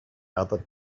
other